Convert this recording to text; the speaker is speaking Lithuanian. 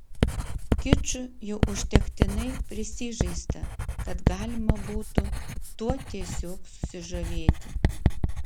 kiču jau užtektinai prisižaista kad galima būtų tuo tiesiog susižavėti